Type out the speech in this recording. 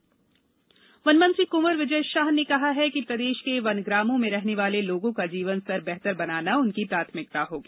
वनवासी वनमंत्री कंवर विजय शाह ने कहा है कि प्रदेश के वनग्रामों में रहने वाले लोगों का जीवन स्तर बेहतर बनाना उनकी प्राथमिकता होगी